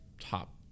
top